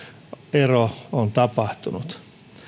ero on tapahtunut